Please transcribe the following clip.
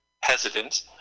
hesitant